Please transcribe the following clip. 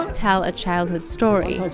um tell a childhood story.